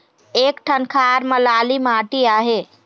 एक ठन खार म लाली माटी आहे?